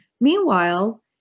Meanwhile